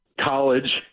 college